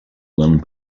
one